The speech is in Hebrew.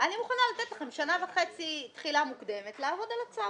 אני מוכנה לתת לכם שנה וחצי תחילה מוקדמת לעבוד על הצו.